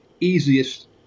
easiest